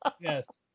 Yes